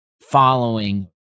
following